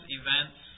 events